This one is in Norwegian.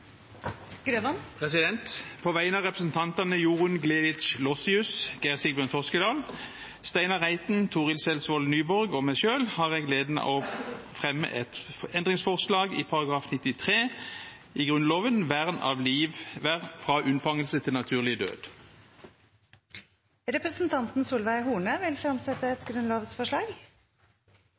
et grunnlovsforslag. På vegne av representantene Jorunn Gleditsch Lossius, Geir Sigbjørn Toskedal, Steinar Reiten, Torill Selsvold Nyborg og meg selv har jeg gleden av å fremme et forslag til endring i § 93 i Grunnloven om vern av liv fra unnfangelse til naturlig død. Representanten Solveig Horne vil fremsette et grunnlovsforslag.